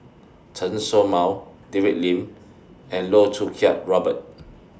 Chen Show Mao David Lim and Loh Choo Kiat Robert